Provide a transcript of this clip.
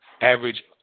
average